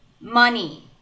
money